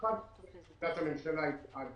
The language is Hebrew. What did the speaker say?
עמדת הממשלה היא בעד